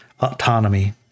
autonomy